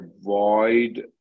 avoid